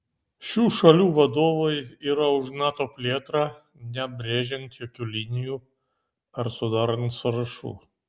šių šalių vadovai yra už nato plėtrą nebrėžiant jokių linijų ar sudarant sąrašų